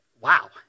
wow